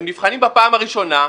הם נבחנים בפעם הראשונה,